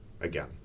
again